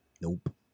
Nope